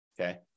Okay